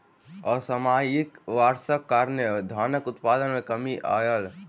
असामयिक वर्षाक कारणें धानक उत्पादन मे कमी आयल